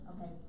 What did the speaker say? Okay